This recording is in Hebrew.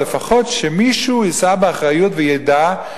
אבל לפחות שמישהו יישא באחריות וידע,